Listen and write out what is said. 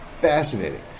fascinating